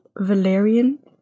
valerian